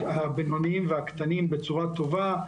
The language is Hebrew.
הבינוניים והקטנים בצורה טובה,